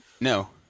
No